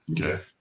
Okay